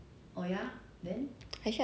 得最最好读 [one] is the first book